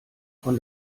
von